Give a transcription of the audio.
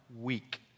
week